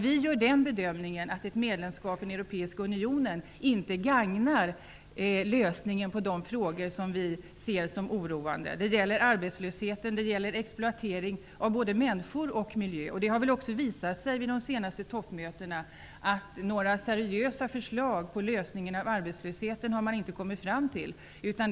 Vi gör den bedömningen att ett medlemskap i den europeiska unionen inte gagnar lösningen på de problem som vi ser som oroande. Det gäller arbetslöshet och exploatering av både människor och miljö. Vid de senaste toppmötena har man inte heller kommit fram till några seriösa förslag till lösningar på arbetslöshetsproblemen.